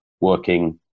working